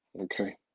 Okay